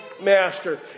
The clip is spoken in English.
master